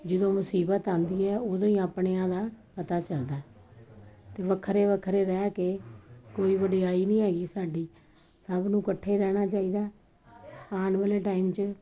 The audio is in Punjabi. ਜਦੋਂ ਮੁਸੀਬਤ ਆਉਂਦੀ ਹੈ ਉਦੋਂ ਹੀ ਆਪਣਿਆਂ ਦਾ ਪਤਾ ਚੱਲਦਾ ਅਤੇ ਵੱਖਰੇ ਵੱਖਰੇ ਰਹਿ ਕੇ ਕੋਈ ਵਡਿਆਈ ਨਹੀਂ ਹੈਗੀ ਸਾਡੀ ਸਭ ਨੂੰ ਇਕੱਠੇ ਰਹਿਣਾ ਚਾਹੀਦਾ ਆਉਣ ਵਾਲੇ ਟਾਈਮ 'ਚ